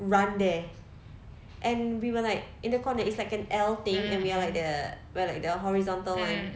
run there and we were like in the corner it's like an L thing and we're like the we're like the horizontal [one]